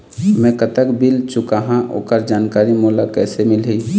मैं कतक बिल चुकाहां ओकर जानकारी मोला कइसे मिलही?